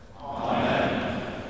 Amen